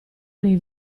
lei